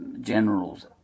generals